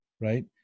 Right